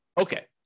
Okay